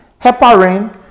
heparin